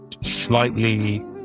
slightly